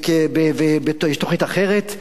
ויש תוכנית אחרת,